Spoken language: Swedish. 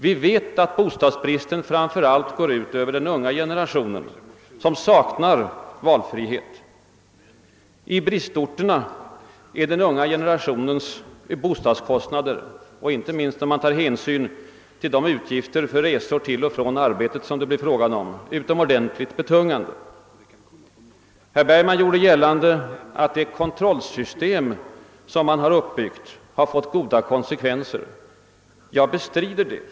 Vi vet att bostadsbristen framför allt går ut över den unga generationen, som saknar valfrihet. I bristorterna är den unga generationens bostadskostnader — inte minst när man tar hänsyn till de utgifter för resor till och från arbetet som det blir fråga om — utomordentligt betungande. Herr Bergman gjorde gällande att det kontrollsystem som man har uppbyggt har fått goda konsekvenser. Jag bestrider det.